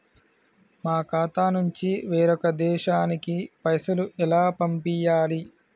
మా ఖాతా నుంచి వేరొక దేశానికి పైసలు ఎలా పంపియ్యాలి?